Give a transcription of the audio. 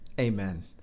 amen